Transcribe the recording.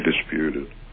disputed